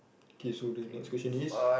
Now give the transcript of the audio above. K so the next question is